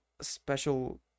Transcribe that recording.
special